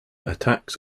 attacks